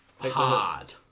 Hard